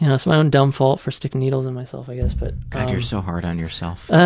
and it's my own dumb fault for sticking needles in myself, i guess. but god, you're so hard on yourself.